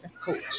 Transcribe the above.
coach